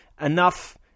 enough